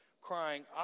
crying